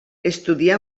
estudià